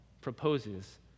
proposes